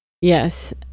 Yes